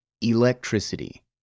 electricity